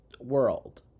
World